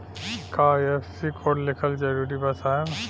का IFSC code लिखल जरूरी बा साहब?